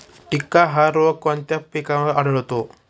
टिक्का हा रोग कोणत्या पिकावर आढळतो?